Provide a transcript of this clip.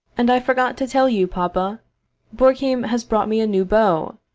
and i forgot to tell you, papa borgheim has bought me a new bow.